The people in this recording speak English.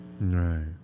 Right